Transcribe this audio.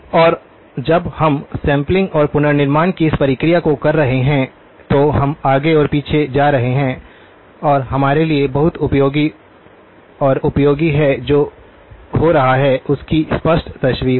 और जब हम सैंपलिंग और पुनर्निर्माण की इस प्रक्रिया को कर रहे हैं तो हम आगे और पीछे जा रहे हैं और हमारे लिए बहुत उपयोगी और उपयोगी है कि जो हो रहा है उसकी स्पष्ट तस्वीर हो